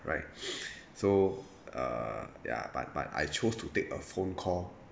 right so uh ya but but I chose to take a phone call